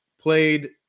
played